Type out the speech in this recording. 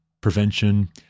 prevention